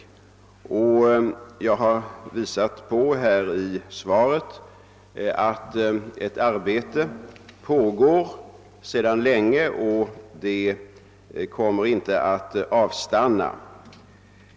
Jag har i svaret redovisat att ett arbete på detta område pågår sedan länge, och det kommer inte att avstanna.